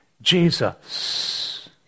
Jesus